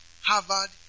Harvard